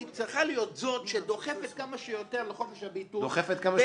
צריכה להיות זאת שדוחפת כמה שיותר לחופש הביטוי.